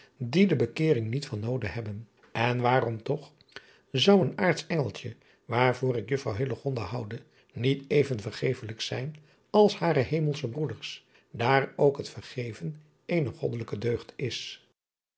die de bekeering niet van nooden hebben en waarom toch zou een aardsch engeltje waarvoor ik uffrouw houde niet even vergeeflijk zijn als hare emelsche broeders daar ook het vergeven eene goddelijke deugd is